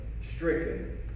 stricken